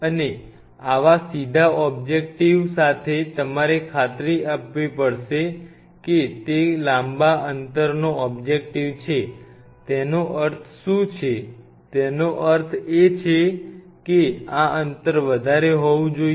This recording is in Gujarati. અને આવા સીધા ઓબ્જેક્ટિવ માટે તમારે ખાતરી કરવી પડશે કે તે લાંબા અંતરનો ઓબ્જેક્ટિવ છે તેનો અર્થ શું છે તેનો અર્થ એ છે કે આ અંતર વધારે હોવું જોઈએ